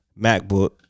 MacBook